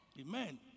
Amen